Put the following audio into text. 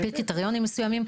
על פי קריטריונים מסוימים,